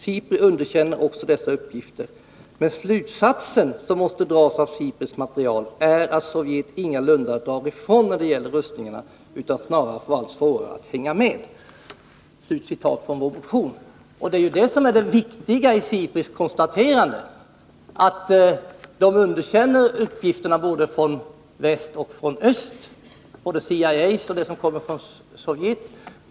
SIPRI underkänner också dessa uppgifter, men slutsatsen, som måste dras av SIPRI:s material, är att Sovjet ingalunda drar ifrån när det gäller rustningarna utan snarare får allt svårare att hänga med.” Det viktiga i SIPRI:s konstaterande är att man underkänner uppgifterna från både väst och öst, både CIA:s och Sovjets uppgifter.